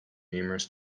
numerous